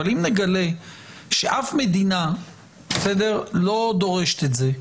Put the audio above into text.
אבל אם נגלה שאף מדינה לא דורשת את זה,